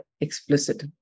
explicit